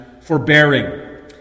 forbearing